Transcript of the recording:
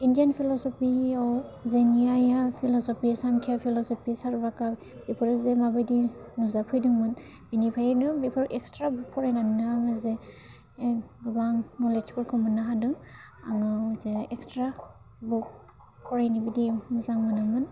Indian फिल'सफियाव जेनियाया philosophy सान केयार फिल'सफि सार्बार्कार बेफोरो जे मा बायदि नुजाफैदोंमोन एनिफ्रायनो बेफोर एस्कट्रा फरायनानैनो आङो जे माबा आं न'लेड्सफोरखौ मोन्नो हादों आङो जे एक्सट्रा बुक फरायनो बिदि मोजां मोनोमोन